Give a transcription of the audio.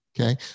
Okay